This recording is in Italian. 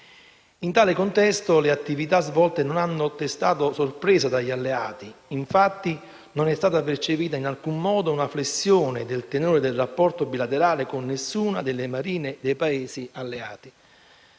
In tale contesto, le attività svolte non hanno destato sorpresa tra gli alleati. Infatti, non è stata percepita in alcun modo una flessione del tenore del rapporto bilaterale con nessuna delle marine militari dei Paesi alleati.